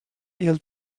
ill